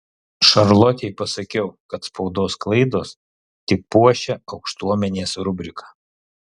šarlotei pasakiau kad spaudos klaidos tik puošia aukštuomenės rubriką